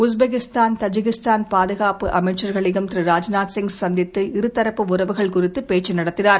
Uzbekistan Tajikistan பாதுகாப்பு அமைச்ச்களையும் திரு ராஜ்நாத்சிங் சந்தித்து இருதரப்பு உறவுகள் குறித்து பேச்சு நடத்தினார்